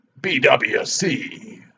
BWC